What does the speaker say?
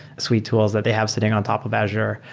suite tools that they have sitting on top of azure.